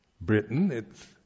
Britain—it's